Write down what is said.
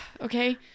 Okay